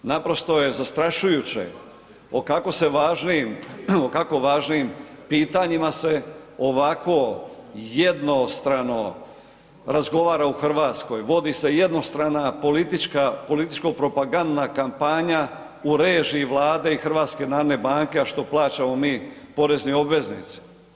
Naprosto je zastrašujuće o kako se važnim, o kako važnim pitanjima se ovako jednostrano razgovara u Hrvatskoj, vodi se jednostrana političko propagandna kampanja u režiji Vlade i HNB-a, a što plaćamo mi porezni obveznici.